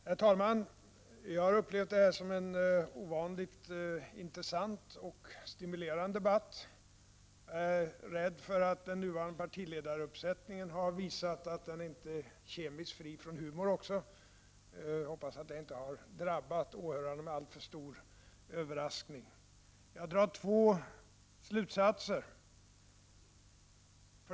Herr talman! Jag har upplevt denna debatt som ovanligt intressant och stimulerande. Jag är rädd för att den nuvarande partiledaruppsättningen har visat att den inte är kemiskt fri från humor. Jag hoppas att det inte har drabbat åhörarna med alltför stor överraskning. Jag drar två slutsatser.